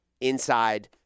inside